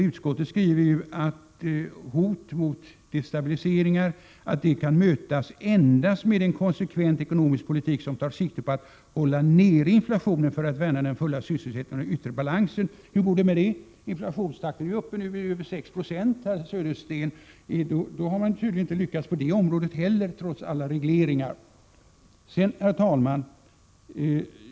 Utskottet skriver att hot mot destabiliseringar kan mötas endast med en konsekvent ekonomisk politik som tar sikte på att hålla nere inflationen för att värna den fulla sysselsättningen och den yttre balansen. Hur går det med detta? Inflationstakten är ju nu uppe i över 6 96, Bo Södersten. Då har man tydligen inte lyckats på det området heller trots alla regleringar!